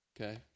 Okay